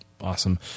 Awesome